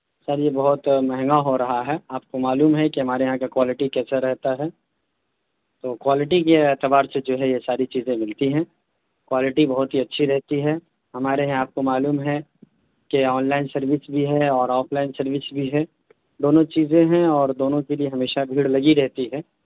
سر یہ بہت مہنگا ہو رہا ہے آپ کو معلوم ہے کہ ہمارے یہاں کی کوالٹی کیسا رہتا ہے تو کوالٹی کے اعتبار سے جو ہے یہ ساری چیزیں ملتی ہیں کوالٹی بہت ہی اچھی رہتی ہے ہمارے یہاں آپ کو معلوم ہے کہ آن لائن سروس بھی ہے اور آف لائن سروس بھی ہے دونوں چیزیں ہیں اور دونوں کے لیے ہمیشہ بھیڑ لگی رہتی ہے